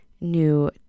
new